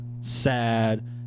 sad